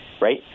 Right